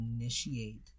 initiate